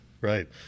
right